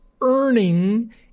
earning